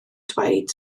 dweud